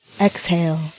Exhale